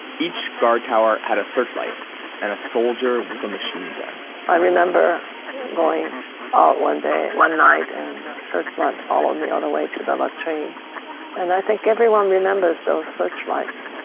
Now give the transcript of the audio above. each guard tower had a searchlight and a soldier with a machine gun i remember going out one day, one night, and a searchlight followed me all the way to the latrine and i think everyone remembers those searchlights